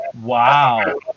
Wow